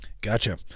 gotcha